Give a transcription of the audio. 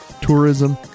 tourism